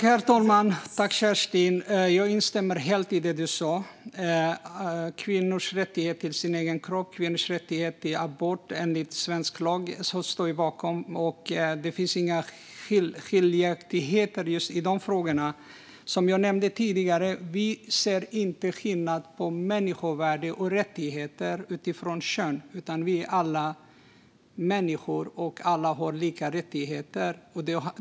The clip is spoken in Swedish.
Herr talman! Tack, Kerstin! Jag instämmer helt i det du sa. Kvinnors rätt till sin egen kropp och kvinnors rätt till abort enligt svensk lag står vi bakom. Det finns inga skiljaktigheter i dessa frågor. Som jag nämnde tidigare gör Kristdemokraterna inte skillnad på människovärde och rättigheter utifrån kön, utan vi är alla människor och har lika rättigheter.